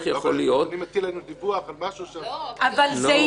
אתה מטיל עלינו דיווח על משהו --- אבל זה